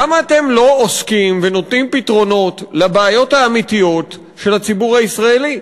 למה אתם לא עוסקים ונותנים פתרונות לבעיות האמיתיות של הציבור הישראלי?